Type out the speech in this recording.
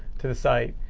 to the site.